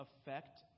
affect